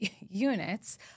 units